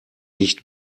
nicht